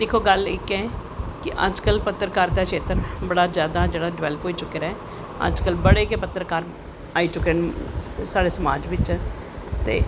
दिक्खो गल्ल इक्कै अज्ज कल पत्तकार क्षेत्र बड़ा जादा जेह्ड़े डिवैल्प होई चुके दाा ऐ अज्ज कल बड़े गै पत्तरकार आइ चुके न साढ़े समाज़ बिच्च ते